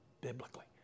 biblically